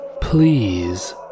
please